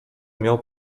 miał